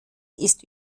ist